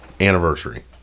anniversary